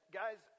guys